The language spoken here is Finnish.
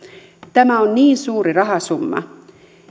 tämä on niin suuri rahasumma